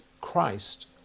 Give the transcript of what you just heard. Christ